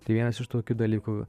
tai vienas iš tokių dalykų